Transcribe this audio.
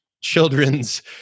children's